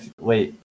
Wait